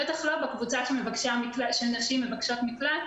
בטח לא בקבוצה של נשים מבקשות מקלט,